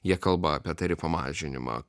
jie kalba apie tarifo mažinimą